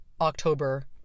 October